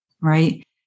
right